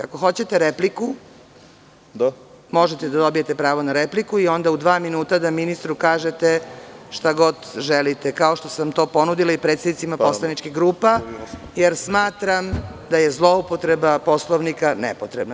Ako hoćete repliku, možete da dobijete pravo na repliku i onda u dva minuta da ministru kažete šta god želite, kao što sam to ponudila i predsednicima poslaničkih grupa, jer smatram da je zloupotreba Poslovnika nepotrebna.